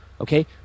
okay